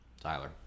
Tyler